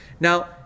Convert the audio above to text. Now